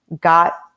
got